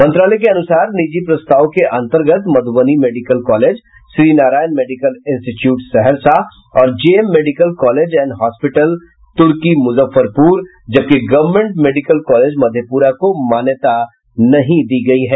मंत्रालय के अनुसार निजी प्रस्ताव के अंतर्गत Madhubani medical college Shrinarayan medical institute Saharsa और JM medical college and hospital Turki Muzaffarpur जबकि गवर्नमेंट मेडिकल कॉलेज मधेपुरा को मान्यता नहीं दिया दी गयी है